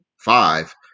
five